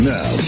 Now